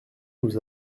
nous